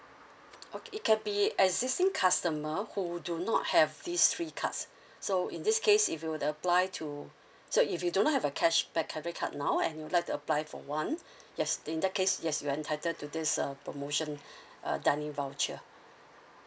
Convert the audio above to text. okay cabby assisting customer who do not have these three cards so in this case if you would apply to so if you don't have a cashback uh the card now and like apply for one your stay in that case yes when title to this uh promotion a dining voucher